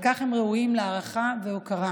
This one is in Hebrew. על כך הם ראויים להערכה והוקרה.